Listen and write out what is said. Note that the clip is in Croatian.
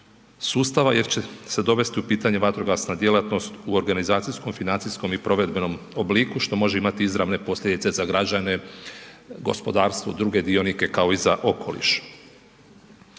sustava jer će se dovesti u pitanje vatrogasna djelatnost u organizacijskom, financijskom i provedbenom obliku što može imati izravne posljedice za građane, gospodarstvo, druge dionike kao i za okoliš.